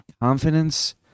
confidence